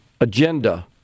agenda